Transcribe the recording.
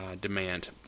demand